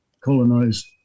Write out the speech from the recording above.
colonized